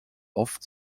oft